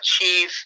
achieve